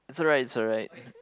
it's alright it's alright